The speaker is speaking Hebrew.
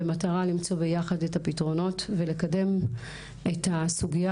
למצוא ביחד את הפתרונות ולקדם את הסוגייה